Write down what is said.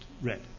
read